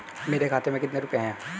मेरे खाते में कितने रुपये हैं?